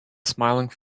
smiling